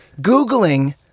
Googling